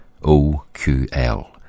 OQL